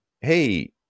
Hey